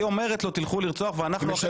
היא אומרת לו לך לרצוח ואנחנו אחר כך נדאג לך.